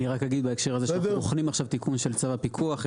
בהקשר הזה אנחנו בוחנים עכשיו תיקון של צו הפיקוח.